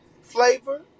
flavor